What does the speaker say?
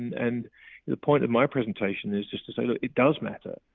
and the point of my presentation is just to say it does matter.